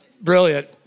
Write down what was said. brilliant